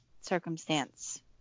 circumstance